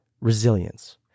resilience